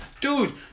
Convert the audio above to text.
dude